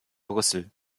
brüssel